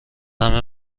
همه